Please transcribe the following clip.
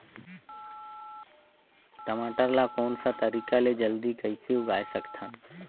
टमाटर ला कोन सा तरीका ले जल्दी कइसे उगाय सकथन?